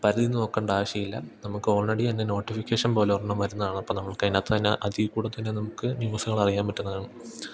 പരിധി നോക്കേണ്ട ആവശ്യമില്ല നമുക്ക് ഓൾറെഡി അതിൻ്റെ നോട്ടിഫിക്കേഷൻ പോലും ഒരെണ്ണം വരുന്നതാണ് അപ്പം നമ്മൾക്ക് അതിനകത്തു തന്നെ അതിൽ കൂടി തന്നെ നമുക്ക് ന്യൂസുകൾ അറിയാൻ പറ്റുന്നതാണ്